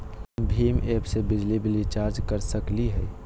हम भीम ऐप से बिजली बिल रिचार्ज कर सकली हई?